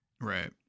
Right